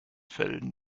fällen